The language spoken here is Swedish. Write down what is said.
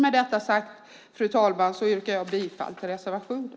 Med detta sagt, fru talman, yrkar jag bifall till reservationen.